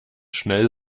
schnell